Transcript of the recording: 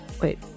wait